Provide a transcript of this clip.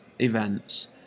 events